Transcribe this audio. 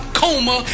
coma